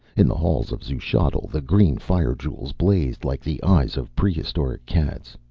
in the halls of xuchotl the green fire-jewels blazed like the eyes of prehistoric cats.